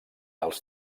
els